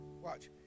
Watch